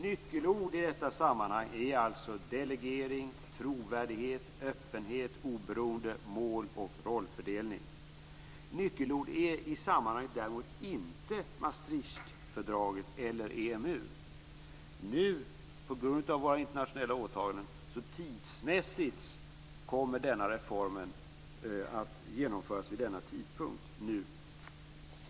Nyckelord i detta sammanhang är alltså delegering, trovärdighet, öppenhet, oberoende, mål och rollfördelning. Nyckelord är i sammanhanget däremot inte Maastricht eller EMU. På grund av våra internationella åtaganden kommer denna reform att tidsmässigt genomföras nu.